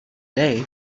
day